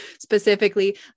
specifically